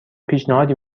پیشنهادی